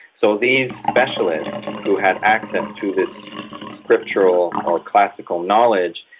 so these specialists, who had access to this scriptural or classical knowledge,